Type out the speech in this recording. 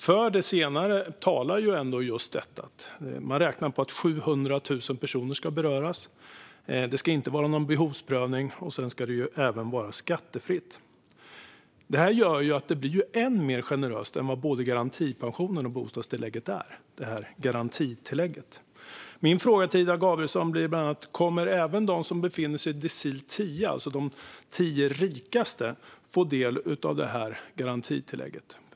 För det senare talar ändå just detta att man räknar med att 700 000 personer ska beröras. Det ska inte vara någon behovsprövning, och det ska även vara skattefritt. Detta gör att det här garantitillägget blir ännu mer generöst än vad både garantipensionen och bostadstillägget är. Min fråga till Ida Gabrielsson blir bland annat: Kommer även de som befinner sig i decil 10, alltså den rikaste tiondelen, att få del av garantitillägget?